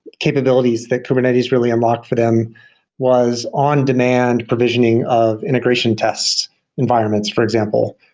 capabilities that kubernetes really unlocked for them was on-demand provisioning of integration tests environments, for example,